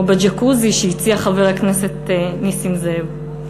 או בג'קוזי שהציע חבר הכנסת זאב.